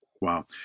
Wow